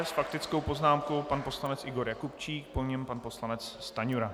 S faktickou poznámkou pan poslanec Igor Jakubčík, po něm pan poslanec Stanjura.